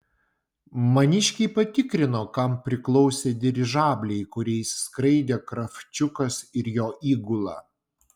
maniškiai patikrino kam priklausė dirižabliai kuriais skraidė kravčiukas ir jo įgula